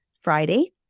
Friday